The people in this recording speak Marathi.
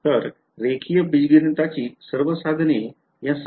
तर रेखीय बीजगणिताची सर्व साधने या समस्येवर लागू केली जाऊ शकतात